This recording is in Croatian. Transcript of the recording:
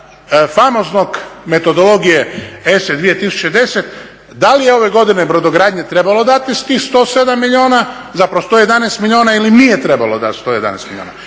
famoznog, metodologije ESA 2010. Da li je ove godine brodogradnji trebalo dati tih 107 milijuna, zapravo 111 milijuna ili nije trebalo dat 111 milijuna?